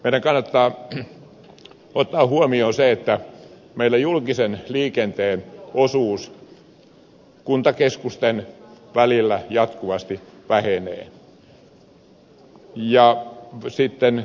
meidän kannattaa ottaa huomioon se että meillä julkisen liikenteen osuus kuntakeskusten välillä jatkuvasti vähenee